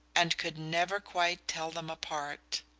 and could never quite tell them apart